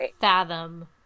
fathom